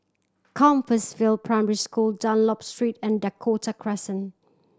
Compassvale Primary School Dunlop Street and Dakota Crescent